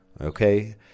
Okay